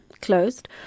closed